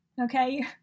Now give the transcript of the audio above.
okay